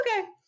okay